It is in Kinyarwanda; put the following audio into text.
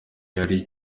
yari